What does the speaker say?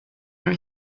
are